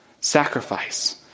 sacrifice